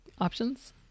options